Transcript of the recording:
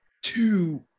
two